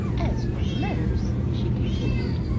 as for letters, she continued,